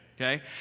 okay